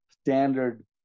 standard